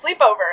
sleepover